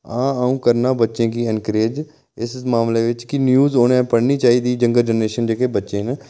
हां अ'ऊं करना बच्चें गी एनकरेज इस मामले बिच कि न्यूज उ'नें पढ़नी चाहिदी यंगर जनरेशन जेह्के बच्चे न